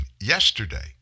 Yesterday